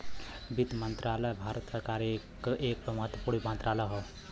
वित्त मंत्रालय भारत सरकार क एक महत्वपूर्ण मंत्रालय हौ